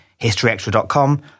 historyextra.com